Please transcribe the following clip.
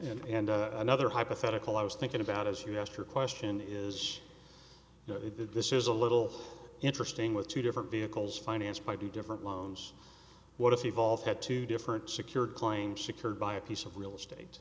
one and another hypothetical i was thinking about as you asked your question is this is a little interesting with two different vehicles financed by two different loans what if evolved at two different secured claim secured by a piece of real estate